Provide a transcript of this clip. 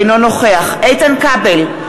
אינו נוכח איתן כבל,